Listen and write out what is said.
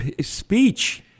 speech